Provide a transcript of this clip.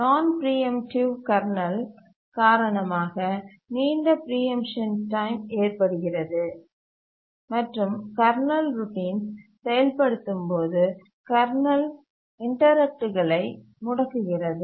நான் preemptive kernel காரணமாக நீண்ட பிரீஎம்ட்ஷன் டைம் ஏற்படுகிறது மற்றும் கர்னல் ரோட்டின்ஸ் செயல்படுத்தும்போது கர்னல் இன்டரப்ட்டுகளை முடக்குகிறது